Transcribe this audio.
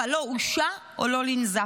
אבל לא הושעה או לא ננזף.